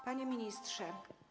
Panie Ministrze!